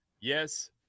Yes